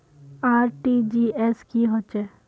RTGS की होचए?